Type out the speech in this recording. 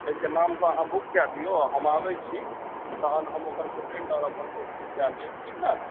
एक एहि नाम से अहाँ बुक कए दियो हम आबै छी तहन हम ओकर पेमेन्ट आओर अपन सब चीज दए देब ठीक ने